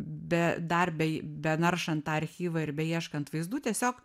be dar be benaršant archyvą ir beieškant vaizdų tiesiog